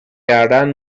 کردن